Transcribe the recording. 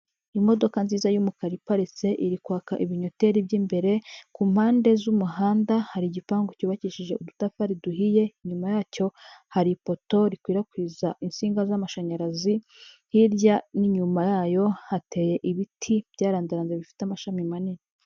Imodoka nziza y'umukara iparitse, iri kwaka ibinyoteri by'imbere, ku mpande z'umuhanda hari igipangu cyubakishije udutafari duhiye, inyuma yacyo hari ipoto rikwirakwiza insinga z'amashanyarazi, hirya n'inyuma yayo hateye ibiti byarandaranze bifite amashami manini.